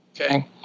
Okay